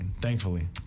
thankfully